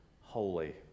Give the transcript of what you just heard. holy